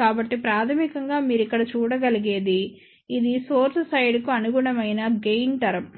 కాబట్టి ప్రాథమికంగా మీరు ఇక్కడ చూడగలిగేది ఇది సోర్స్ సైడ్కు అనుగుణమైన గెయిన్ టర్మ్